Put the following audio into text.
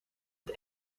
het